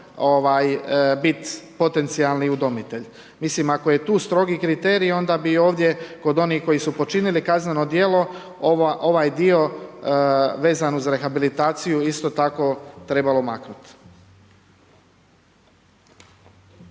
biti potencijalni udomitelj. Mislim ako je tu strogi kriterij, onda bi ovdje, kod onih koji su počinili kazneno djelo, ovaj dio, vezan uz rehabilitaciju, isto tako trebalo maknuti.